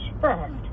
first